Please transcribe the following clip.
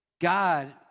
God